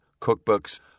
cookbooks